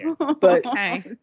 okay